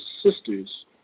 sisters